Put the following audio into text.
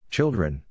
Children